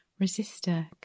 Resistor